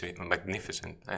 magnificent